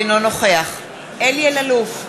אינו נוכח אלי אלאלוף,